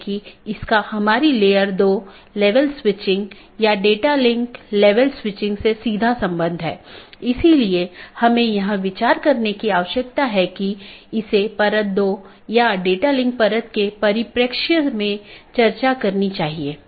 और एक autonomous system एक ही संगठन या अन्य सार्वजनिक या निजी संगठन द्वारा प्रबंधित अन्य ऑटॉनमस सिस्टम से भी कनेक्ट कर सकती है